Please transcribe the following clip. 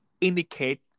indicate